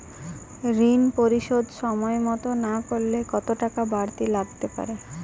ঋন পরিশোধ সময় মতো না করলে কতো টাকা বারতি লাগতে পারে?